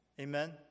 Amen